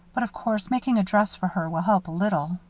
but, of course, making a dress for her will help a little!